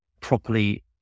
properly